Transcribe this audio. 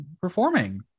performing